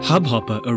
Hubhopper